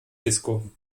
disco